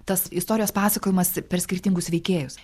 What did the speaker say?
tas istorijos pasakojimas per skirtingus veikėjus